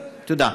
תודה.